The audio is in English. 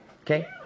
Okay